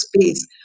space